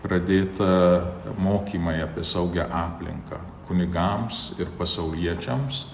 pradėta mokymai apie saugią aplinką kunigams ir pasauliečiams